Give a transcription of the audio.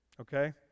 Okay